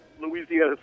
Louisiana